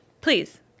please